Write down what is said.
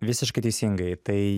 visiškai teisingai tai